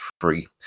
free